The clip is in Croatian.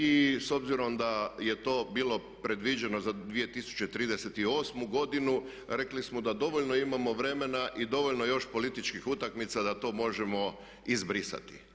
I s obzirom da je to bilo predviđeno za 2038. godinu rekli smo da dovoljno imamo vremena i dovoljno još političkih utakmica da to možemo izbrisati.